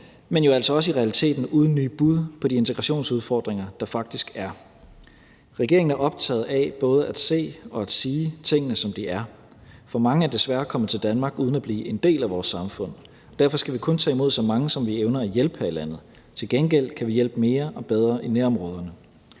men jo også i realiteten uden nye bud på de integrationsudfordringer, der faktisk er. Regeringen er optaget af både at se og sige tingene, som de er, for mange er desværre kommet til Danmark uden at blive en del af vores samfund. Derfor skal vi kun tage imod så mange, som vi evner at hjælpe her i landet, til gengæld kan vi hjælpe mere og bedre i nærområderne.